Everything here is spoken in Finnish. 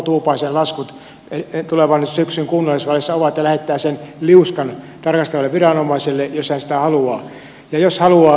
tuupaisen laskut tulevan syksyn kunnallisvaaleissa ovat ja lähettää sen liuskan tarkastavalle viranomaiselle jos hän sitä haluaa